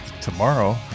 tomorrow